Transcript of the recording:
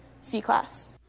C-Class